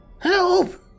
Help